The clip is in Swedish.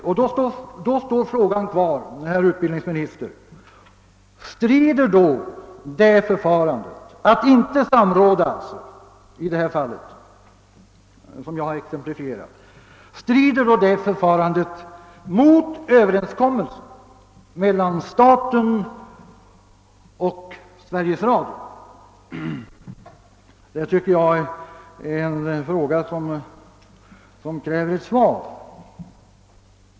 Min fråga till utbildningsministern står alltså kvar. Det har inte förekommit samråd i det fall som jag har nämnt. Strider ett sådant förfarande mot överenskommelsen mellan staten och Sveriges Radio? Det är en fråga som jag tycker kräver ett svar.